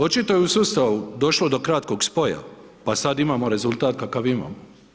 Očito je u sustavu došlo do kratkog spoja pa sad imamo rezultat kakav imamo.